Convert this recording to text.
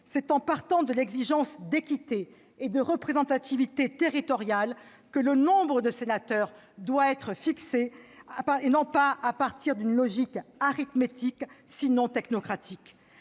c'est en partant de l'exigence d'équité et de représentativité territoriale que le nombre de sénateurs doit être fixé, et non pas à partir d'une logique arithmétique, sinon technocratique.